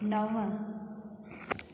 नव